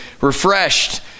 refreshed